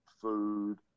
food